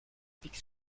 vic